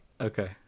Okay